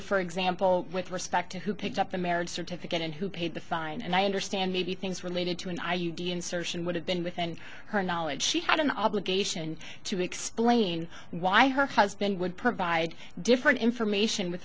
for example with respect to who picked up the marriage certificate and who paid the fine and i understand maybe things related to an i u d insertion would have been within her knowledge she had an obligation to explain why her husband would provide different information with